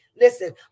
Listen